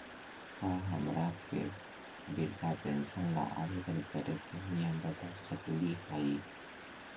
का हमरा के वृद्धा पेंसन ल आवेदन करे के नियम बता सकली हई?